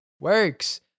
works